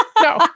No